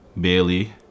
Bailey